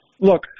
Look